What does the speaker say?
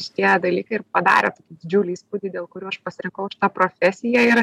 šitie dalykai ir padarė didžiulį įspūdį dėl kurių aš pasirinkau šitą profesiją ir